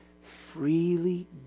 freely